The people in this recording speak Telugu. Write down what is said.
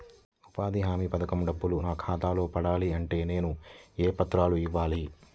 ఉపాధి హామీ పథకం డబ్బులు నా ఖాతాలో పడాలి అంటే నేను ఏ పత్రాలు ఇవ్వాలి?